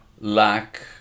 lack